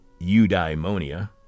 Eudaimonia